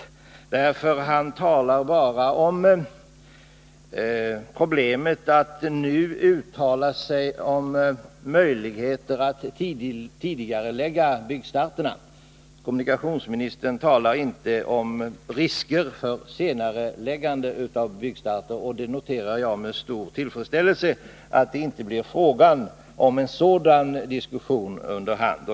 Kommunikationsministern talar nämligen bara om problemet att nu uttala sig om möjligheter att tidigarelägga byggstarterna, och han talar inte om risker för senareläggande av byggstarter. Jag noterar med stor tillfredsställelse att det inte blir fråga om en 25 sådan diskussion under hand.